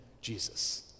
Jesus